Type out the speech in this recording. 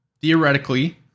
theoretically